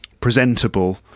presentable